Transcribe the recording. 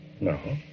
No